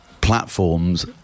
platforms